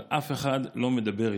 אבל אף אחד לא מדבר איתנו.